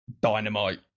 dynamite